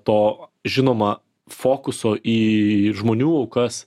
to žinoma fokuso į žmonių aukas